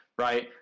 right